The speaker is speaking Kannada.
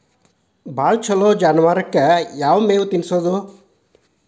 ಭಾಳ ಛಲೋ ಜಾನುವಾರಕ್ ಯಾವ್ ಮೇವ್ ತಿನ್ನಸೋದು?